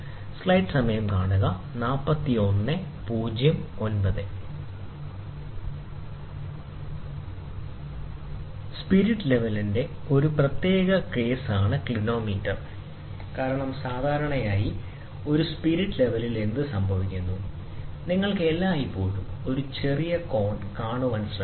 spirit ലെവലിന്റെ ഒരു പ്രത്യേക കേസാണ് ക്ലിനോമീറ്റർ കാരണം സാധാരണയായി ഒരു സ്പിരിറ്റ് ലെവലിൽ എന്ത് സംഭവിക്കുന്നു നിങ്ങൾ എല്ലായ്പ്പോഴും ഒരു ചെറിയ കോണാകാൻ ശ്രമിക്കും